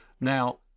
Now